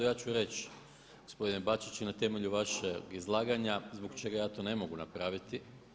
Ja ću reći gospodine Bačić i na temelju vašeg izlaganja zbog čega ja to ne mogu napraviti.